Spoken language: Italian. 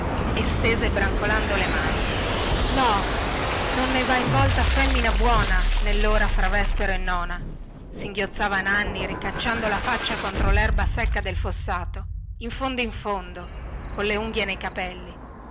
stese brancolando le mani no non ne va in volta femmina buona nellora fra vespero e nona singhiozzava nanni ricacciando la faccia contro lerba secca del fossato in fondo in fondo colle unghie nei capelli